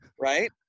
Right